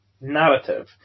narrative